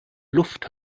luft